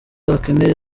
bakeneye